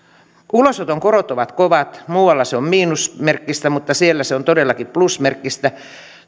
ulosoton korot ovat kovat muualla se on miinusmerkkistä mutta siellä se on todellakin plusmerkkistä